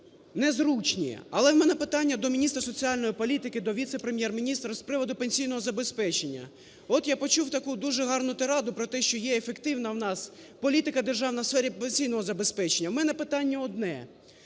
незручні. Але в мене питання до міністра соціальної політики, до віце-прем’єр-міністра з приводу пенсійного забезпечення. От я почув таку дуже гарну тираду про те, що є ефективна у нас політика державні у сфері пенсійного забезпечення. У мене питання одне.